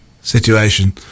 situation